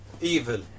evil